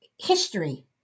history